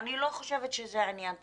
ואני לא חושבת שזה עניין תקציבי,